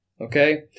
Okay